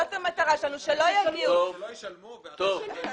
זאת המטרה שלנו: שלא יגיעו לאכיפה.